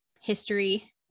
history